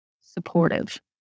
supportive